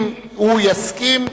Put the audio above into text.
אם הוא יסכים,